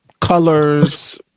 colors